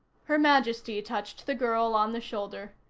her majesty touched the girl on the shoulder.